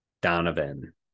Donovan